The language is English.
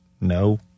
no